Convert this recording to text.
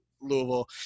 louisville